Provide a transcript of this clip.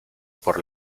por